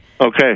Okay